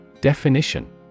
Definition